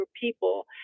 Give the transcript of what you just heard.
people